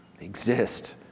Exist